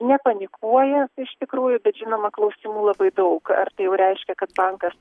nepanikuoja iš tikrųjų bet žinoma klausimų labai daug tai jau reiškia kad bankas